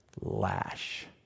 lash